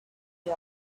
you